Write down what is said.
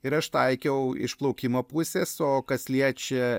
ir aš taikiau išplaukimo pusės o kas liečia